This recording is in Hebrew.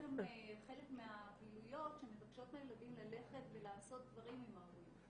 חלק מהפעילויות מבקשות מהילדים ללכת ולעשות דברים עם ההורים.